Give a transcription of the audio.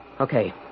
Okay